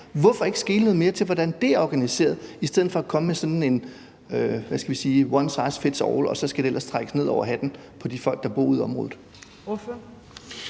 Hvorfor ikke skele noget mere til, hvordan det er organiseret, i stedet for at komme med sådan en, hvad skal jeg sige, one size fits all-løsning, og så skal det ellers trækkes ned over hovedet på de folk, der bor ude i området?